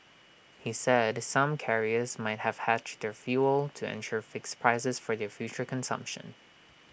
he said some carriers might have hedged their fuel to ensure fixed prices for their future consumption